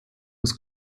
des